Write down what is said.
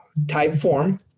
Typeform